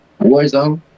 Warzone